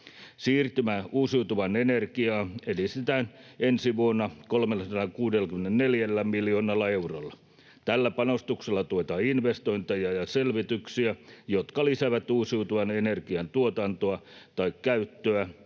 Siirtymää uusiutuvaan energiaan edistetään ensi vuonna 364 miljoonalla eurolla. Tällä panostuksella tuetaan investointeja ja selvityksiä, jotka lisäävät uusiutuvan energian tuotantoa tai käyttöä,